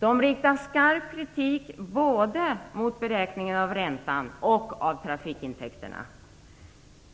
Man riktar skarp kritik både mot beräkningarna av räntan och mot de beräknade trafikintäkterna.